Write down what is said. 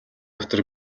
дотор